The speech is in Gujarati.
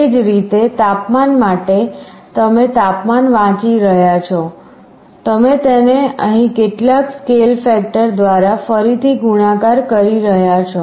તે જ રીતે તાપમાન માટે તમે તાપમાન વાંચી રહ્યા છો તમે તેને અહીં કેટલાક સ્કેલ ફેક્ટર દ્વારા ફરીથી ગુણાકાર કરી રહ્યાં છો